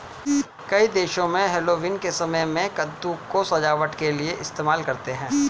कई देशों में हैलोवीन के समय में कद्दू को सजावट के लिए इस्तेमाल करते हैं